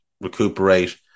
recuperate